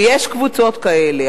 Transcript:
ויש קבוצות כאלה.